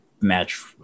match